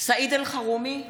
סעיד אלחרומי,